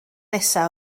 nesa